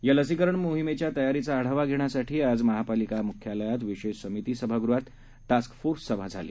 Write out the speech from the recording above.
यालसीकरणमोहिमेच्यातयारीचाआढावाघेण्यासाठीआजमहापालिकामुख्यालयातीलविशेषसमितीसभागृहातटास्कफोर्ससभाझाली